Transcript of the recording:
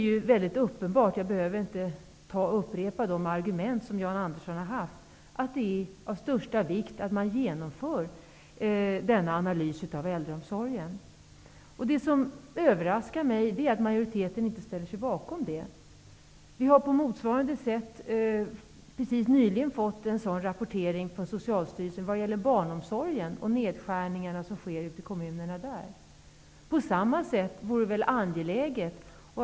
Jag behöver inte upprepa de argument Jan Andersson har framfört. Det är av största vikt att man genomför denna analys av äldreomsorgen. Det överraskar mig att inte majoriteten ställer sig bakom detta. Vi har på motsvarande sätt nyligen fått en sådan rapportering från Socialstyrelsen vad gäller barnomsorgen och de nedskärningar som på det området sker i kommunerna. Detsamma vore väl angeläget här.